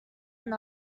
and